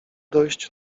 dojść